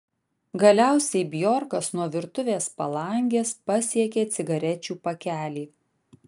galiausiai bjorkas nuo virtuvės palangės pasiekė cigarečių pakelį